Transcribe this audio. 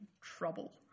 trouble